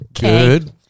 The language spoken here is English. Good